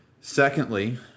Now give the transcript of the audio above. Secondly